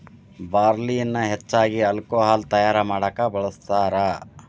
ಬಾರ್ಲಿಯನ್ನಾ ಹೆಚ್ಚಾಗಿ ಹಾಲ್ಕೊಹಾಲ್ ತಯಾರಾ ಮಾಡಾಕ ಬಳ್ಸತಾರ